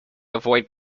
avoid